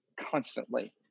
constantly